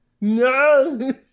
No